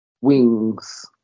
wings